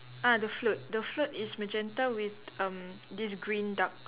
ah the float the float is magenta with um this green duck